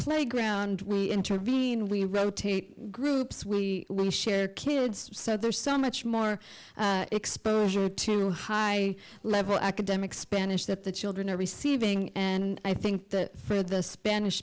playground we intervene we rotate groups we share kids so there's so much more exposure to high level academic spanish that the children are receiving and i think that for the spanish